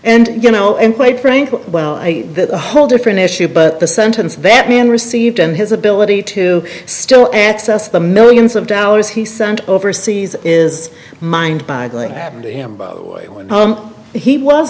and you know and quite frankly a whole different issue but the sentence that man received and his ability to still access the millions of dollars he sent overseas is mind boggling happened to him when he was